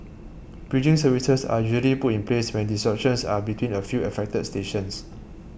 bridging services are usually put in place when disruptions are between a few affected stations